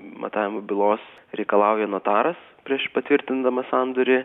matavimų bylos reikalauja notaras prieš patvirtindamas sandorį